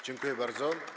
Dziękuję bardzo.